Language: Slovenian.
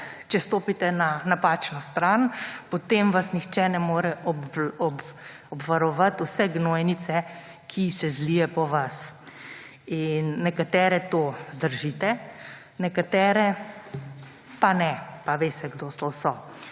Če stopite na napačno stran, potem vas nihče ne more obvarovati vse gnojnice, ki se zlije po vas. Nekatere to zdržite, nekatere pa ne. Pa ve se, kdo to so.